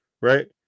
Right